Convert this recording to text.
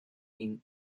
been